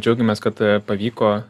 džiaugiamės kad pavyko